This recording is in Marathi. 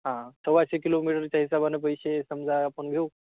हा सव्वाशे किलोमीटरच्या हिशोबानं पैसे समजा आपण घेऊ